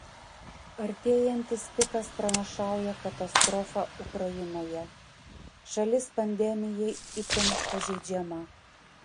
artėjantis pikas pranašauja katastrofą ukrainoje šalis pandemijai itin pažeidžiama